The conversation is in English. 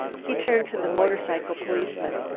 he turned to the motorcycle policeman.